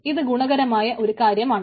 ഇത് ഗുണകരമായ ഒരു കാര്യമാണ്